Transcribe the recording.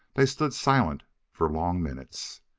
they stood silent for long minutes.